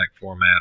format